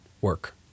work